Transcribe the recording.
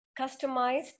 customized